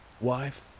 wife